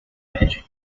magic